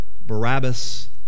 Barabbas